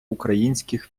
українських